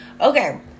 Okay